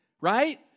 right